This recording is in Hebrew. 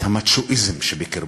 המצ'ואיזם שבקרבו,